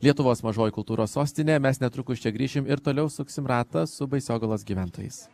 lietuvos mažoji kultūros sostine mes netrukus čia grįšim ir toliau suksim ratą su baisogalos gyventojais